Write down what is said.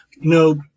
no